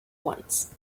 once